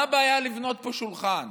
מה הבעיה לבנות פה שולחן?